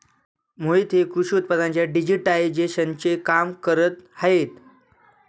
मोहित हे कृषी उत्पादनांच्या डिजिटायझेशनचे काम करत आहेत